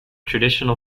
traditional